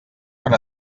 per